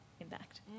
impact